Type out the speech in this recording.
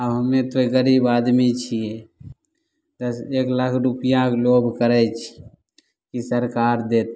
आब हमे तऽ गरीब आदमी छियै दश एक लाख रूपैआ के लोभ करैत छै कि सरकार देत